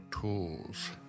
tools